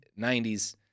90s